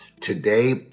Today